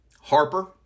Harper